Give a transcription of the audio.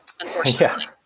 unfortunately